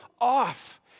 off